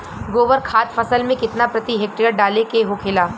गोबर खाद फसल में कितना प्रति हेक्टेयर डाले के होखेला?